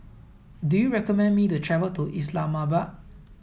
do you recommend me to travel to Islamabad